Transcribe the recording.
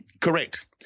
Correct